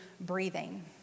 breathing